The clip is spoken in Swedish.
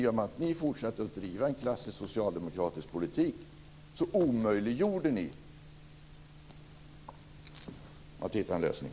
I och med att ni fortsatte att driva en klassisk socialdemokratisk politik omöjliggjorde ni för oss att hitta en lösning.